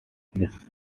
this